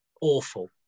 Awful